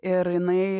ir jinai